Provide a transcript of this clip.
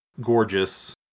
Gorgeous